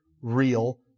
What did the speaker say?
real